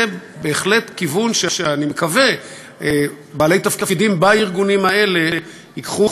זה בהחלט כיוון שאני מקווה שבעלי תפקידים בארגונים האלה ייקחו,